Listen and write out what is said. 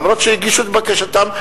למרות שהגישו את בקשתן.